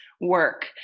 work